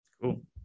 cool